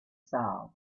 saw